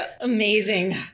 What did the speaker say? Amazing